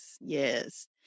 yes